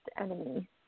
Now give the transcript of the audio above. enemy